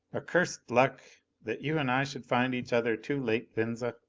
accursed luck! that you and i should find each other too late, venza.